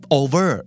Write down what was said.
over